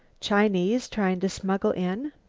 chinese, trying to smuggle in?